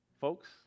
folks